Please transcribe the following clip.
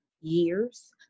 years